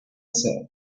said